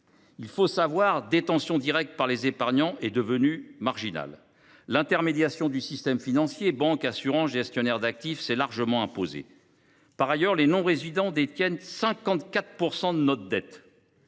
Il faut savoir que la détention directe par les épargnants est devenue marginale. L’intermédiation du système financier – banques, assurances, gestionnaires d’actifs – s’est largement imposée. Par ailleurs, les non résidents détiennent 54 % de notre dette…